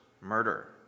murder